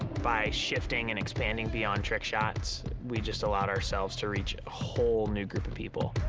by shifting and expanding beyond trick shots, we just allowed ourselves to reach a whole new group of people.